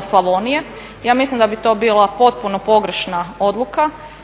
Slavonije, ja mislim da bi to bila potpuno pogrešna odluka,